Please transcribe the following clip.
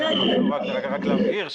רק להבהיר,